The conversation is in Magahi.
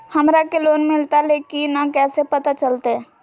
हमरा के लोन मिलता ले की न कैसे पता चलते?